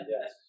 Yes